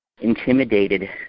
intimidated